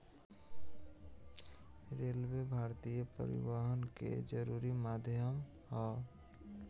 railway भारतीय परिवहन के जरुरी माध्यम ह